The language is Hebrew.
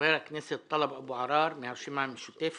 חבר הכנסת טלב אבו עראר מהרשימה המשותפת.